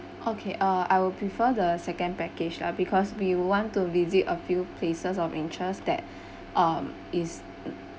okay uh I will prefer the second package uh because we want to visit a few places of interest that uh is